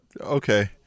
Okay